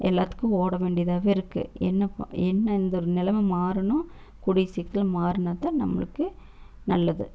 எல்லாத்துக்கும் ஓட வேண்டியதாவேயிருக்கு என்ன என்ன இந்த நெலமை மாறணும் கூடிய சீக்கிரத்துல மாறினாதான் நம்மளுக்கு நல்லது